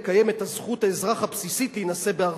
לקיים את זכות האזרח הבסיסית להינשא בארצם.